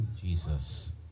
Jesus